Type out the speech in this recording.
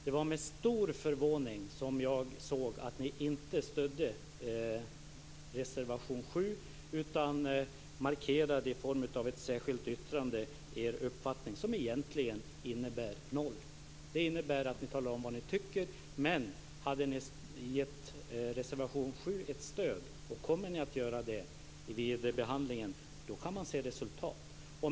Det var med stor förvåning, Ingrid Burman, som jag såg att ni inte stödde reservation 7 utan markerande er uppfattning i ett särskilt yttrande, som egentligen inte innebär någonting. Det innebär bara att ni talar om vad ni tycker. Men om ni skulle ge reservation 7 ert stöd vid behandlingen, skulle man kunna se resultat.